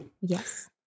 Yes